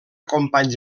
companys